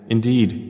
Indeed